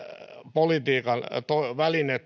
politiikan väline